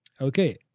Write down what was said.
Okay